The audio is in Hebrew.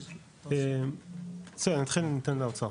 בסדר, אני אתן לאוצר.